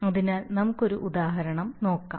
അതിനാൽ നമുക്ക് ഒരു ഉദാഹരണം നോക്കാം